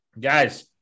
Guys